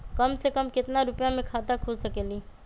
कम से कम केतना रुपया में खाता खुल सकेली?